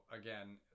again